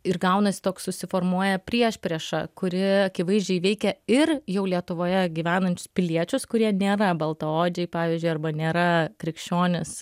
ir gaunasi toks susiformuoja priešprieša kuri akivaizdžiai veikia ir jau lietuvoje gyvenančius piliečius kurie nėra baltaodžiai pavyzdžiui arba nėra krikščionys